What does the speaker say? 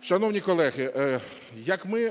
Шановні колеги, як ми